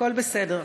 הכול בסדר.